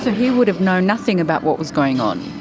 he would have known nothing about what was going on?